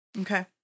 Okay